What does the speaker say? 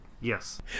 Yes